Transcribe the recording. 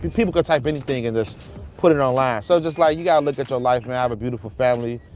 people could type anything and just put it online. so just like, you gotta look at your life, man. i have a beautiful family.